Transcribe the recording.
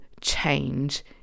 change